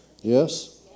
Yes